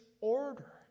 order